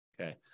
Okay